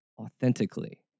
authentically